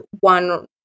one